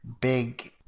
big